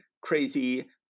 crazy